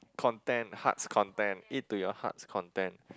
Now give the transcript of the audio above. content hearts content eat to your hearts content